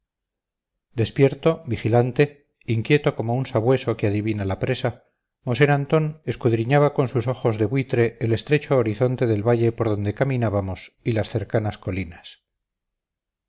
despierto vigilante inquieto como un sabueso que adivina la presa mosén antón escudriñaba con sus ojos de buitre el estrecho horizonte del valle por donde caminábamos y las cercanas colinas